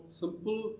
simple